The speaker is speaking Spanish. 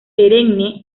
perenne